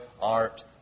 art